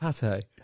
Pate